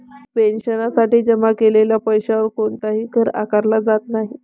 पेन्शनसाठी जमा केलेल्या पैशावर कोणताही कर आकारला जात नाही